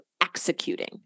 executing